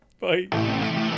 Bye